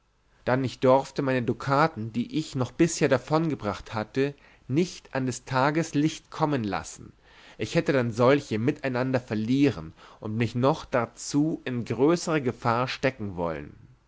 dann ich dorfte meine dukaten die ich noch bisher davonbracht hatte nicht an des tages liecht kommen lassen ich hätte dann solche miteinander verlieren und mich noch darzu in größere gefahr stecken wollen